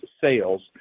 sales